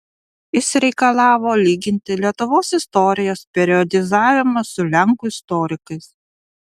jis reikalavo lyginti lietuvos istorijos periodizavimą su lenkų istorikais